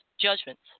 judgments